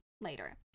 later